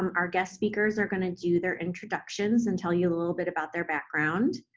our guest speakers are going to do their introductions and tell you a little bit about their background,